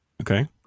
Okay